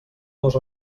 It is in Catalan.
dos